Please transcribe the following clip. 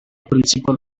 principle